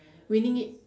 winning it